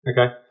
Okay